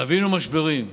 חווינו משברים,